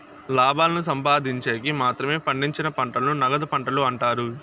లాభాలను సంపాదిన్చేకి మాత్రమే పండించిన పంటలను నగదు పంటలు అంటారు